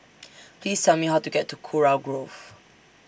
Please Tell Me How to get to Kurau Grove